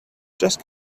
just